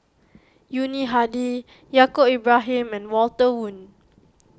Yuni Hadi Yaacob Ibrahim and Walter Woon